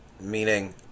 meaning